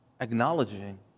acknowledging